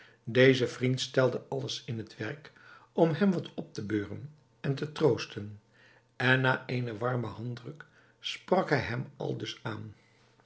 deze vriend stelde alles in het werk om hem wat op te beuren en te troosten en na eenen warmen handdruk sprak hij hem aldus aan